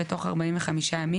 וכעת,